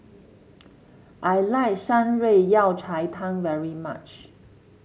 I like Shan Rui Yao Cai Tang very much